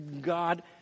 God